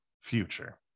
future